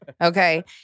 okay